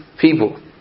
people